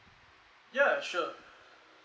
ya sure